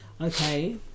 Okay